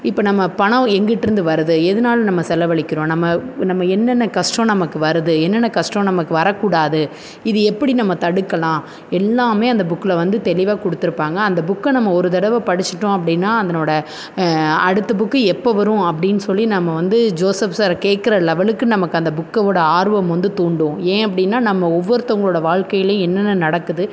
இப்போ நம்ம பணம் எங்கிட்டுருந்து வருது எதனால நம்ம செலவழிக்கிறோம் நம்ம நம்ம என்னென்ன கஷ்டம் நமக்கு வருது என்னென்ன கஷ்டம் நமக்கு வரக்கூடாது இது எப்படி நம்ம தடுக்கலாம் எல்லாமே அந்த புக்கில் வந்து தெளிவாக கொடுத்துருப்பாங்க அந்த புக்கை நம்ம ஒரு தடவை படிச்சுட்டோம் அப்படின்னா அதனோடய அடுத்த புக்கு எப்போ வரும் அப்படின்னு சொல்லி நம்ம வந்து ஜோசப் சாரை கேட்கற லெவலுக்கு நமக்கு அந்த புக்கோட ஆர்வம் வந்து தூண்டும் ஏன் அப்படின்னா நம்ம ஒவ்வொருத்தவங்களோட வாழ்க்கைலியும் என்னென்ன நடக்குது